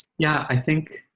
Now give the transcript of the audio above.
yeah i think.